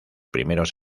primeros